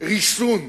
ריסון.